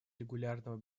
регулярного